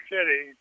City